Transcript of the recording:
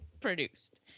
produced